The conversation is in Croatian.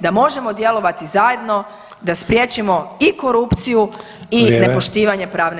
da možemo djelovati zajedno, da spriječimo i korupciju i nepoštivanje pravne